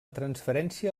transferència